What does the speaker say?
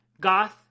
goth